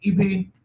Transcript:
EP